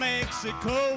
Mexico